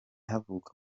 havuka